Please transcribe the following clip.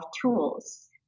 tools